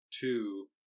two